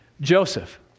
Joseph